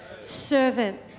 Servant